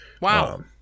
Wow